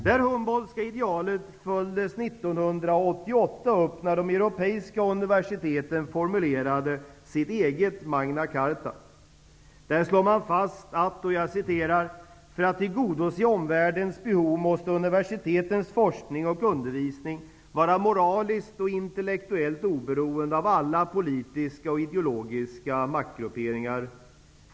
Det Humboldtska idealet följdes 1988 upp när de europeiska universiteten formulerade sitt eget Magna Carta. Man slog då fast att: ''---för att tillgodose omvärldens behov måste universitetens forskning och undervisning vara moraliskt och intellektuellt oberoende av alla politiska och ideologiska maktgrupperingar.